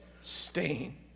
stain